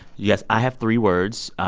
yes, i have three words.